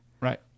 Right